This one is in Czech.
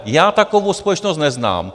Já takovou společnost neznám.